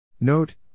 Note